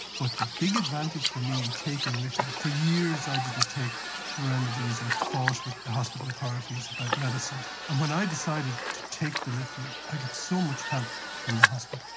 but the big advantage for me in taking lithium, for years i didn't take remedies and fought with the hospital authorities about medicines. and when i decided to take the lithium, i get so much help from the hospital,